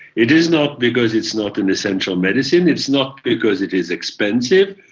it is not because it's not an essential medicine, it's not because it is expensive.